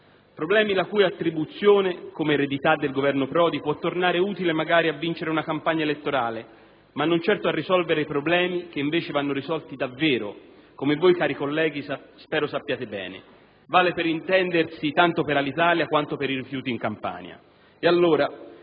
questioni la cui attribuzione come eredità del Governo Prodi può magari tornare utile per vincere una campagna elettorale, ma non certo per risolvere problemi che invece vanno risolti davvero, come voi, cari colleghi, spero sappiate bene. Per intendersi, ciò vale tanto per Alitalia quanto per i rifiuti in Campania.